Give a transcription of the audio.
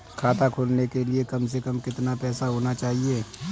खाता खोलने के लिए कम से कम कितना पैसा होना चाहिए?